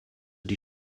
die